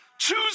choose